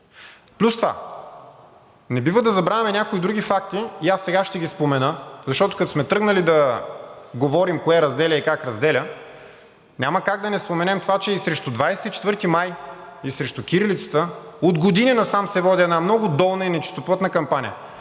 Плюс това не бива да забравяме някои други факти и аз сега ще ги спомена, защото, като сме тръгнали да говорим кое разделя и как разделя, няма как да не споменем това, че и срещу 24 май, и срещу кирилицата от години насам се води една много долна и нечистоплътна кампания